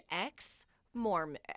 ex-Mormon